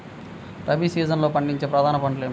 రబీ సీజన్లో పండించే ప్రధాన పంటలు ఏమిటీ?